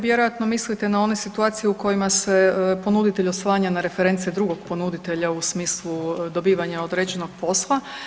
Vjerojatno mislite na one situacije u kojima se ponuditelj oslanja na reference drugog ponuditelja u smislu dobivanja određenog posla.